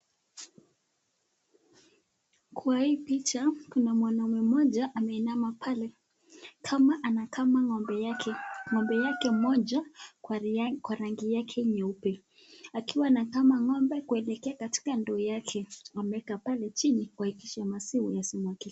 Kwa hii picha kuna mwanaume mmoja ameinama pale kama anakamua ngombe yake, ng'ombe yake mmoja kwa rangi yake nyeupe. Akiwa anakama ng'ombe kuelekea ndoo yake ameweka pale chini kuhakikisha maziwa yasimwagike.